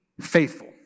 faithful